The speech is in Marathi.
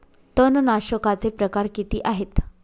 तणनाशकाचे प्रकार किती आहेत?